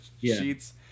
sheets